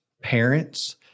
parents